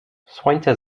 słońce